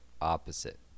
opposite-